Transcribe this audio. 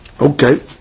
Okay